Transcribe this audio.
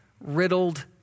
riddled